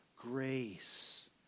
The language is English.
grace